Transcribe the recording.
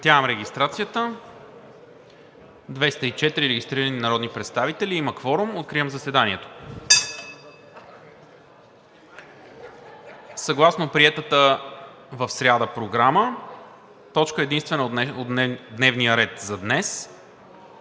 Съгласно приетата в сряда Програма точка единствена от дневния ред за днес